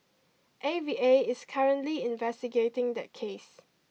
A V A is currently investigating that case